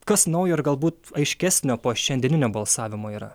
kas naujo ir galbūt aiškesnio po šiandieninio balsavimo yra